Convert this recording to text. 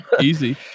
Easy